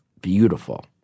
beautiful